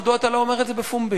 מדוע אתה לא אומר את זה בפומבי?